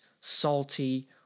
salty